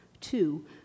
Two